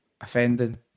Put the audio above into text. offending